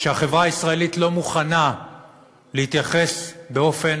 שהחברה הישראלית לא מוכנה להתייחס באופן